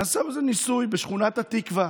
נעשה ניסוי בשכונת התקווה.